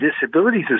Disabilities